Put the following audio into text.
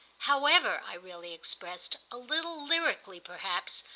however, i really expressed, a little lyrically perhaps,